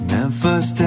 Memphis